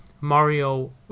Mario